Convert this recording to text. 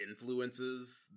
influences